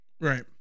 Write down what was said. right